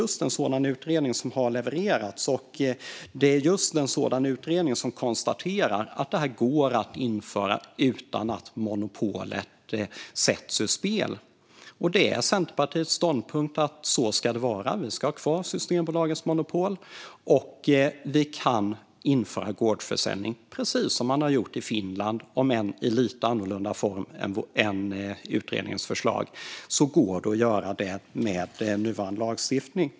Just en sådan utredning har levererats, och den konstaterar att det går att införa gårdsförsäljning utan att monopolet sätts ur spel. Det är Centerpartiets ståndpunkt att det ska vara så. Vi ska ha kvar Systembolagets monopol, och vi kan införa gårdsförsäljning, precis som man har gjort i Finland, om än i lite annorlunda form än vad utredningen föreslår. Det går alltså att göra det med nuvarande lagstiftning.